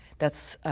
that's